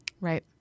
Right